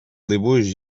dibuix